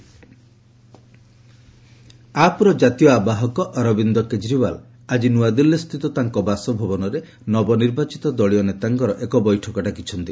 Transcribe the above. app MLA meeting ଆପ୍ର ଜାତୀୟ ଆବାହକ ଅରବିନ୍ଦ କେଜରିୱାଲ ଆଜି ନୂଆଦିଲ୍ଲୀସ୍ଥିତ ତାଙ୍କ ବାସଭବନରେ ନବନିର୍ବାଚିତ ଦଳୀୟ ନେତାଙ୍କର ଏକ ବୈଠକ ଡାକିଛନ୍ତି